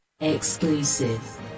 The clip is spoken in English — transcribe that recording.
Exclusive